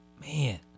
Man